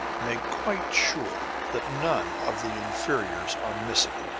make quite sure that none of the inferiors are missing.